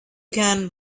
can